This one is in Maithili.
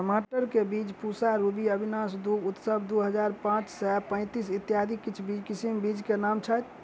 टमाटर केँ बीज पूसा रूबी, अविनाश दु, उत्सव दु हजार पांच सै पैतीस, इत्यादि किछ किसिम बीज केँ नाम छैथ?